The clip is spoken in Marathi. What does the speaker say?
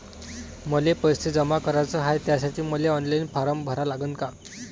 मले पैसे जमा कराच हाय, त्यासाठी मले ऑनलाईन फारम भरा लागन का?